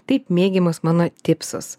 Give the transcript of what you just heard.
taip mėgiamus mano tipsus